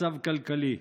מצב כלכלי.